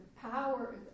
power